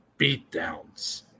Beatdowns